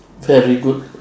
very good